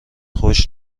خوش